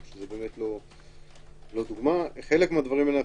אנחנו לא מוצאים את הידיים ואת הרגליים.